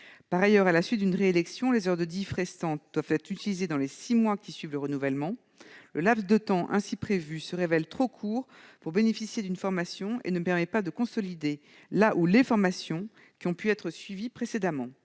Par ailleurs, à la suite d'une réélection, les heures de DIF restantes doivent être utilisées dans les six mois suivant le renouvellement. Le laps de temps ainsi prévu se révèle trop court pour bénéficier d'une formation et ne permet pas de consolider la ou les formations suivies précédemment.